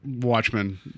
Watchmen